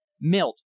Milt